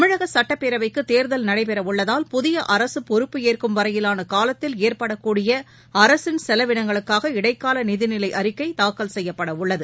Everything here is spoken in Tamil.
தமிழக சுட்டப்பேரவைக்கு தேர்தல் நடைபெற உள்ளதால் புதிய அரசு பொறுப்பு ஏற்கும் வரையிலான காலத்தில் ஏற்படக்கூடிய அரசின் செலவினங்களுக்காக இடைக்கால நிதிநிலை அறிக்கை தாக்கல் செய்யப்பட உள்ளது